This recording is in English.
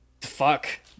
fuck